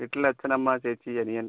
വീട്ടിൽ അച്ഛൻ അമ്മ ചേച്ചി അനിയൻ